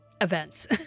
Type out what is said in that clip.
events